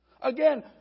Again